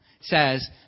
says